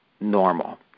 normal